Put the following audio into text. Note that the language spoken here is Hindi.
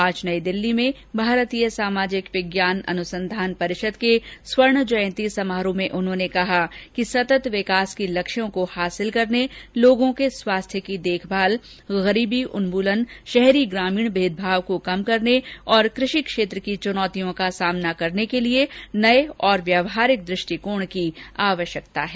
आज नई दिल्ली में भारतीय सामाजिक विज्ञान अनुसंधान परिषद के स्वर्ण जयती समारोह में उन्होंने कहा कि सतत विकास के लक्ष्यों को हासिल करने लोगों के स्वास्थ्य की देखभाल गरीबी उन्मूलन शहरी ग्रामीण भेदभाव को कम करने और कृषि क्षेत्र की चुनौतियों का सामना करने के लिए नये और व्यवहारिक दृष्टिकोण की आवश्यकता है